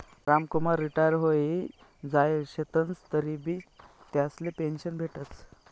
Ramkumar retire व्हयी जायेल शेतंस तरीबी त्यासले पेंशन भेटस